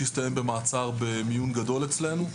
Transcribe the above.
שהסתיים במעצר במיון גדול אצלנו,